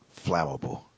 flammable